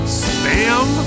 spam